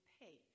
pay